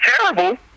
terrible